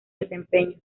desempeño